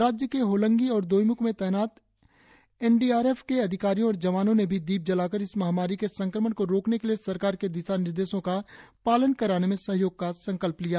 राज्य के होलोंगी और दोईम्ख में तैनात एन डी आर एफ के अधिकारियों और जवानों ने भी दीए जलाकर इस महामारी के संक्रमण को रोकने के लिए सरकार के दिशा निर्देशों का पालन कराने में सहयोग का संकल्प लिया